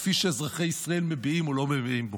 כפי שאזרחי ישראל מביעים או לא מביעים בו.